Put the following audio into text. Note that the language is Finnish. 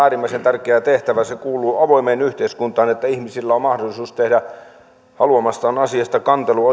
äärimmäisen tärkeä tehtävä se kuuluu avoimeen yhteiskuntaan että ihmisillä on mahdollisuus tehdä haluamastaan asiasta kantelu